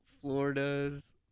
Florida's